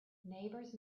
neighbors